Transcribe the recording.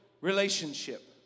relationship